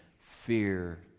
Fear